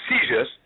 seizures